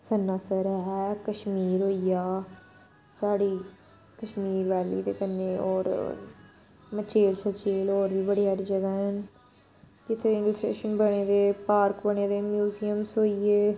सनासर ऐ कश्मीर होई गेआ साढ़ी कश्मीर वैली ते कन्नै होर मचेल सचेल होर बी बड़ी हारी जगह् हैन जित्थै हिल स्टेशन बने दे पार्क बने दे म्यूजियमस होई गे